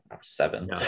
seven